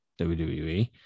WWE